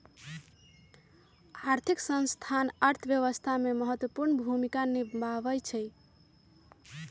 आर्थिक संस्थान अर्थव्यवस्था में महत्वपूर्ण भूमिका निमाहबइ छइ